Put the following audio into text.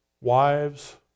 wives